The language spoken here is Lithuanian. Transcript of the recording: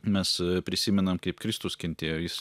mes prisimenam kaip kristus kentėjo jis